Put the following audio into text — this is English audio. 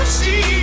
see